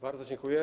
Bardzo dziękuję.